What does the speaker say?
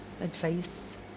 advice